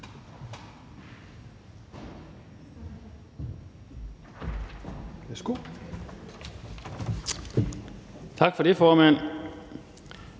Tak for det, formand.